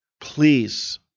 Please